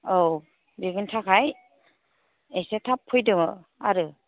औ बेनिथाखाय एसे थाब फैदो आरो